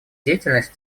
деятельность